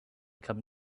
come